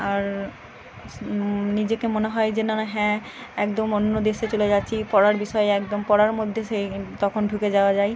আর নিজেকে মনে হয় যে না হ্যাঁ একদম অন্য দেশে চলে যাচ্ছি পড়ার বিষয়ে একদম পড়ার মধ্যে সেই তখন ঢুকে যাওয়া যায়